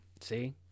See